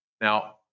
Now